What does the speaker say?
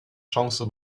chance